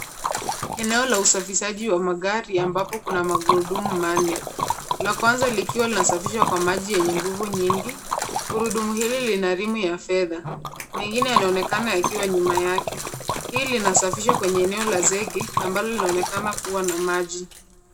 Eneo la usafishaji ya magari, ambapo kuna magurudumu manne. La kwanza likiwa linasafishwa kwa maji yenye nguvu nyingi. Gurudumu hili lina rimu ya fedha. Mengine yanaonekana yakiwa nyuma yake . Hii linasafishwa kwenye eneo la zege, ambalo linaonekana kua na maji.